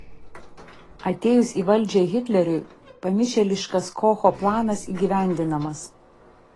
atėjus į valdžią hitleriui pamišėliškas kocho planas įgyvendinamas